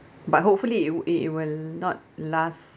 but hopefully it it will not last